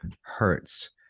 hurts